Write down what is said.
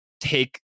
take